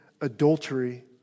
adultery